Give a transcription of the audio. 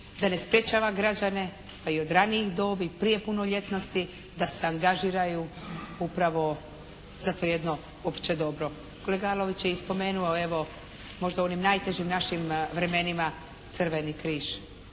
da ne sprječava građane pa i od ranijih dobi, prije punoljetnosti da se angažiraju upravo za to jedno opće dobro. Kolega Arlović je i spomenuo evo, možda u onim najtežim našim vremenima Crveni križ